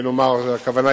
והכוונה,